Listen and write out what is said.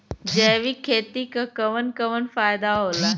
जैविक खेती क कवन कवन फायदा होला?